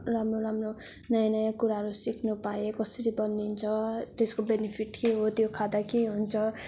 राम्रो राम्रो नयाँ नयाँ कुराहरू सिक्नु पाएँ कसरी बनिन्छ त्यसको बेनिफिट के हो त्यो खाँदा के हुन्छ